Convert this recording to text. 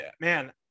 man